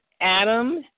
Adam